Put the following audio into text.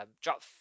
drop